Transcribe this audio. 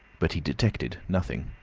but he detected nothing.